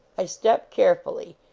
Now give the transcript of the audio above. i step carefully,